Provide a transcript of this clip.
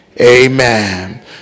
Amen